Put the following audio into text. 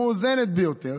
המואזנת ביותר,